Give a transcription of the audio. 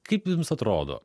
kaip jums atrodo